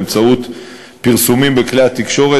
בפרסומים בכלי התקשורת,